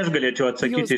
aš galėčiau atsakyti